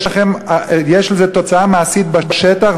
יש לה תוצאה מעשית בשטח,